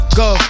go